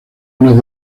unas